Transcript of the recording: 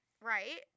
right